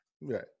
Right